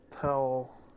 tell